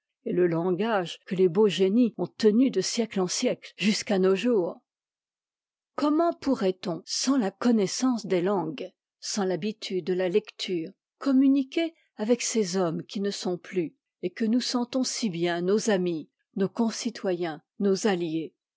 et le langage que les beaux génies ont tenu de siècle en siècle jusqu'à nos jours comment pourrait-on sans la connaissance des langues sans l'habitude de la lecture communiquer avec ces hommes qui ne sont plus et que nous sentons si bien nos amis nos concitoyens nos alliés